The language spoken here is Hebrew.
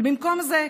אבל במקום זה,